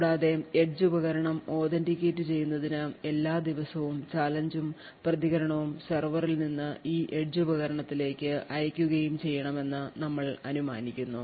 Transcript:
കൂടാതെ എഡ്ജ് ഉപകരണം authenticate ചെയ്യുന്നതിന് എല്ലാ ദിവസവും ചാലഞ്ച് ഉം പ്രതികരണവും സെർവറിൽ നിന്ന് ഈ എഡ്ജ് ഉപകരണത്തിലേക്ക് അയയ്ക്കുകയും ചെയ്യണമെന്ന് ഞങ്ങൾ അനുമാനിക്കുന്നു